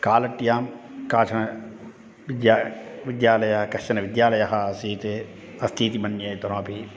कालट्यां काचन विद्या विद्यालयः कश्चन विद्यालयः आसीत् अस्तीति मण्ये अधुनापि